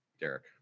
Derek